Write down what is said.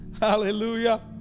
Hallelujah